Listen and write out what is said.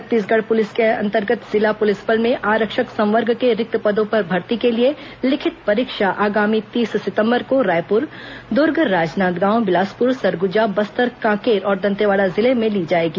Chhattisgarh police के अन्तर्गत जिला पुलिस बल में आरक्षक संवर्ग के रिक्त पदों पर भर्ती के लिए लिखित परीक्षा आगामी तीस सितम्बर को रायपुर दुर्ग राजनांदगांव बिलासपुर सरगुजा बस्तर कांकेर और दंतेवाड़ा जिले में ली जाएगी